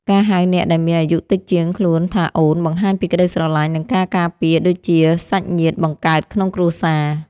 ការហៅអ្នកដែលមានអាយុតិចជាងខ្លួនថាអូនបង្ហាញពីក្ដីស្រឡាញ់និងការការពារដូចជាសាច់ញាតិបង្កើតក្នុងគ្រួសារ។